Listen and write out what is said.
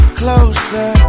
closer